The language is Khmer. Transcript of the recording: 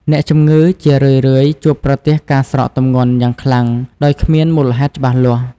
អ្នកជំងឺជារឿយៗជួបប្រទះការស្រកទម្ងន់ យ៉ាងខ្លាំងដោយគ្មានមូលហេតុច្បាស់លាស់។